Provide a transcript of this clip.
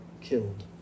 killed